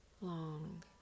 long